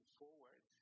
forward